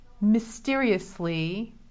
mysteriously